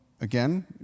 again